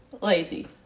Lazy